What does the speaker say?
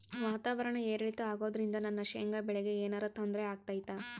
ವಾತಾವರಣ ಏರಿಳಿತ ಅಗೋದ್ರಿಂದ ನನ್ನ ಶೇಂಗಾ ಬೆಳೆಗೆ ಏನರ ತೊಂದ್ರೆ ಆಗ್ತೈತಾ?